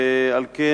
על כן,